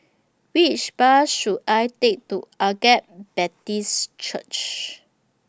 Which Bus should I Take to Agape Baptist Church